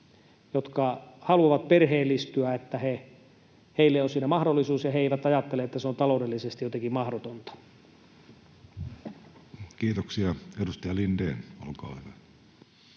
jotka haluavat perheellistyä, on siihen mahdollisuus ja he eivät ajattele, että se on taloudellisesti jotenkin mahdotonta. Kiitoksia. — Edustaja Lindén, olkaa hyvä.